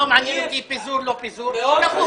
לא מעניין אותי פיזור לא פיזור.